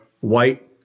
white